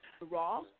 raw